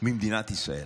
ממדינת ישראל?